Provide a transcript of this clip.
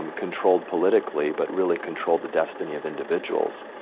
um controlled politically, but really controlled the destiny of individuals,